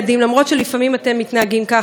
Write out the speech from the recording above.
למרות שלפעמים אתם מתנהגים ככה,